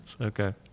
Okay